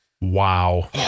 Wow